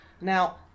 Now